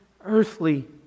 earthly